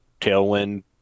tailwind